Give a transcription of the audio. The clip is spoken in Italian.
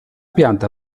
pianta